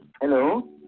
hello